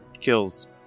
kills